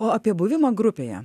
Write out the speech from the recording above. o apie buvimą grupėje